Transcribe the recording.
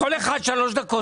כל אחד שלוש דקות.